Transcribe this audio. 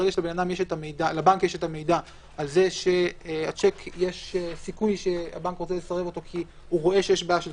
על כך שיש סיכוי שהבנק רוצה לסרב את השיק כי הוא רואה שיש בעיית כיסוי.